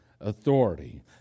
authority